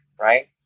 right